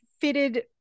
fitted